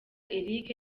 eric